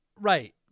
Right